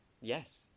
Yes